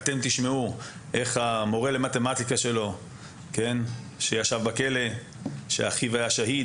אתם תשמעו איך המורה שלו למתמטיקה שישב בכלא ושאחיו היה שאהיד,